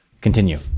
Continue